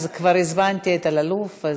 אז כבר הזמנתי את אלאלוף.